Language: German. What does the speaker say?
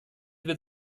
wird